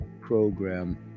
program